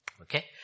okay